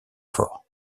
fort